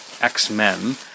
X-Men